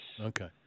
Okay